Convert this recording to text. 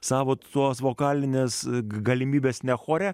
savo tuos vokalines galimybes ne chore